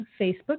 Facebook